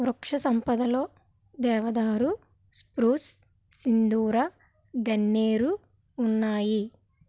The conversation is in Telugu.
వృక్షసంపదలో దేవదారు స్ప్రూస్ సిందూర గన్నేరు ఉన్నాయి